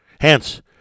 Hence